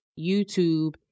YouTube